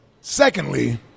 Secondly